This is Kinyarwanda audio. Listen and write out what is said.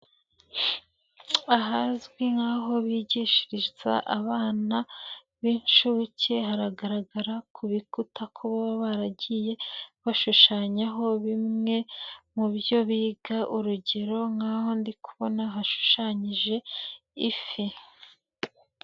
Ahazwi nk'aho bigishiriza abana b'inshuke haragaragara ku bikuta ko baba baragiye bashushanyaho bimwe mu byo biga urugero nk'aho ndi kubona hashushanyije ifi.